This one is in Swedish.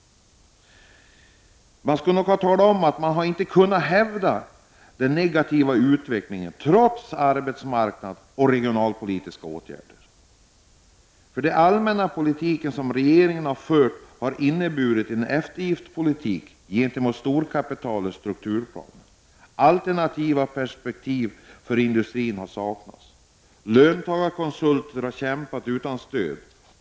Men man har inte kunnat häva den negativa utvecklingen, trots arbetsmarknadspolitiska och regionalpolitiska åtgärder, för den allmänna politik som regeringen har fört har inneburit en eftergiftspolitik gentemot storkapi talets strukturplaner. Alternativa perspektiv för industrin har saknats. Löntagarkonsulter har kämpat utan stöd.